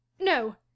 No